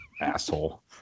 asshole